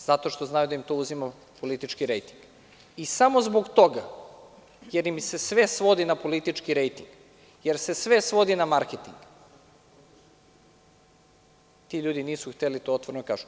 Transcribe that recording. Zato što znaju da im to uzima politički rejting i samo zbog toga, jer im se sve svodi na politički rejting, jer se sve svodi na marketing, ti ljudi nisu hteli to otvoreno da kažu.